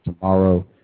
tomorrow